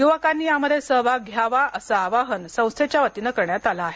युवकांनी त्यात सहभाग घ्यावा असे आवाहन संस्थेच्या वतीन करण्यात आल आहे